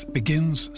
begins